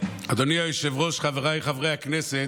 אדוני היושב-ראש, חבריי חברי הכנסת,